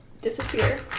disappear